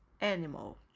animal